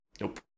Nope